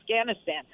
Afghanistan